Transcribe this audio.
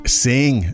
sing